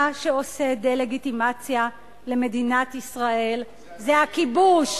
מה שעושה דה-לגיטימציה למדינת ישראל זה הכיבוש,